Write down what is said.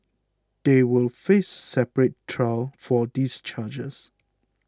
they will face a separate trial for these charges